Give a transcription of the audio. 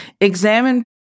Examine